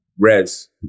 Reds